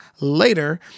later